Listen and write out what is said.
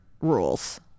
rules